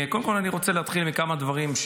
קודם כול אני רוצה להתחיל עם כמה דברים,